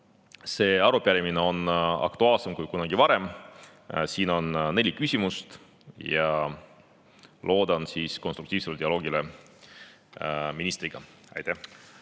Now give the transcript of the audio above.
see arupärimine on aktuaalsem kui kunagi varem. Siin on neli küsimust ja loodan konstruktiivset dialoogi ministriga. Aitäh!